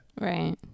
Right